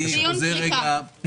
אני חוזר למהות.